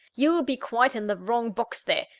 you'll be quite in the wrong box there.